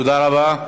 תודה רבה.